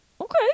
okay